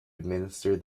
administer